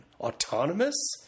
Autonomous